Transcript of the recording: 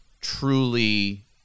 truly